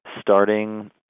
Starting